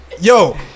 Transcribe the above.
yo